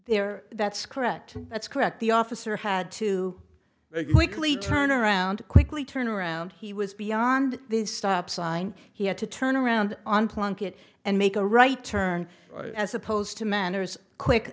there that's correct that's correct the officer had to quickly turn around quickly turn around he was beyond the stop sign he had to turn around on plunket and make a right turn as opposed to manners quick